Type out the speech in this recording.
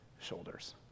shoulders